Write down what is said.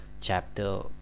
chapter